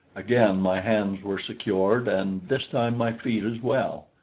again my hands were secured, and this time my feet as well.